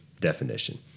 definition